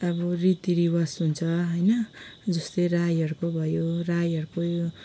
अब रीतिरिवाज हुन्छ होइन जस्तै राईहरूको भयो राईहरूको